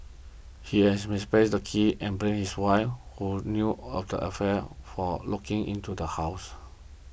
he had misplaced his keys and blamed his wife who knew of the affair for locking into the house